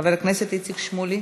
חבר הכנסת איציק שמולי,